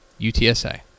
UTSA